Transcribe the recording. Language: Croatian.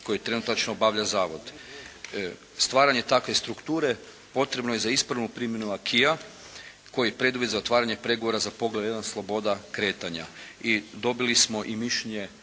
koje trenutačno obavlja zavod. Stvaranje takve strukture potrebno je za ispravnu primjenu acquisa koji je preduvjet za otvaranje pregovora za poglavlje jedan "Sloboda kretanja". I dobili smo i mišljenje